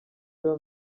john